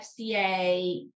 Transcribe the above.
FCA